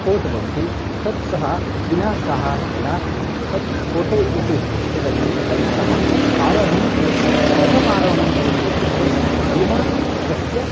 fort भवति तत् सः विना सहाय्येन तत् कोटे इति सः यदस्ति तत् सः आरोहणं करोति कथमारोहणं करोति इत्युक्ते विना कस्य